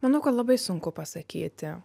manau kad labai sunku pasakyti